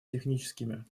техническими